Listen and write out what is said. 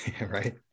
Right